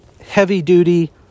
heavy-duty